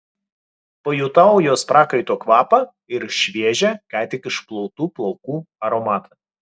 pajutau jos prakaito kvapą ir šviežią ką tik išplautų plaukų aromatą